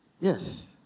yes